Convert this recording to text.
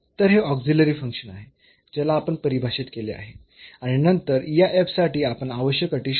तर हे auxiliary function आहे ज्याला आपण परिभाषित केले आहे आणि नंतर या साठी आपण आवश्यक अटी शोधल्या